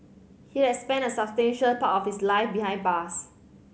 he had spent a substantial part of his life behind bars